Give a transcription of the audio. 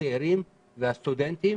הצעירים והסטודנטים,